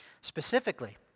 Specifically